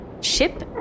Ship